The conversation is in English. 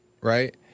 right